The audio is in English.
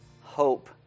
hope